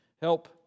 Help